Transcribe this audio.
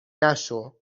نشو